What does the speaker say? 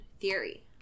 Theory